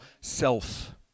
self